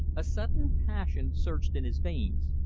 a sudden passion surged in his veins,